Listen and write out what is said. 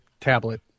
tablet